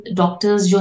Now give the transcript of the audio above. doctors